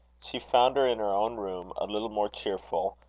she found her in her own room, a little more cheerful,